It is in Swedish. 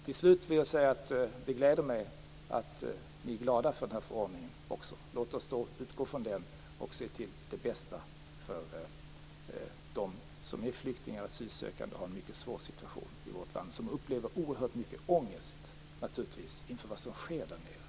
Till slut vill jag säga att det gläder mig att ni också är glada över den här förordningen. Låt oss utgå från den och se till det bästa. De som är flyktingar och asylsökande har en mycket svår situation i vårt land och upplever oerhört mycket ångest inför vad som sker där nere.